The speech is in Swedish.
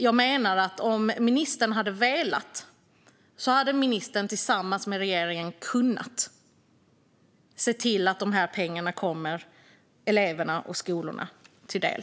Jag menar att om ministern hade velat skulle ministern tillsammans med regeringen kunna se till att de pengarna kommer eleverna och skolorna till del.